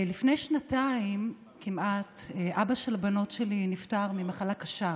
לפני שנתיים כמעט אבא של הבנות שלי נפטר ממחלה קשה,